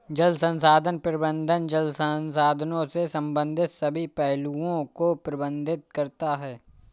जल संसाधन प्रबंधन जल संसाधनों से संबंधित सभी पहलुओं को प्रबंधित करता है